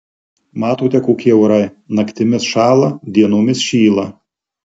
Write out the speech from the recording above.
matote kokie orai naktimis šąla dienomis šyla